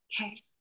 Okay